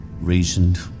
reasoned